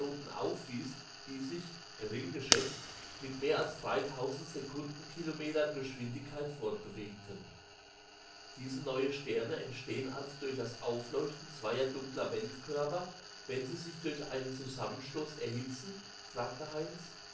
aufwies die sich gering geschätzt mit mehr als sekundenkilometern geschwindigkeit fortbewegten diese neuen sterne entstehen also durch das aufleuchten zweier dunkler weltkörper wenn sie sich durch einen zusammenstoß erhitzen fragte heinz